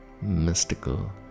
mystical